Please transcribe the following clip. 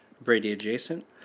Brady-adjacent